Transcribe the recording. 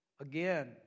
Again